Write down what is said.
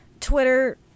twitter